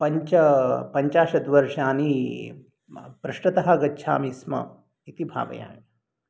पञ्चाशद्वर्षानि पृष्ठतः गच्छामि स्म इति भावयामि